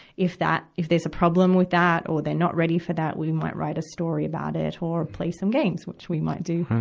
if that, if there's a problem with that or they're not ready for that, we might write a story about it or play some games, which we might do,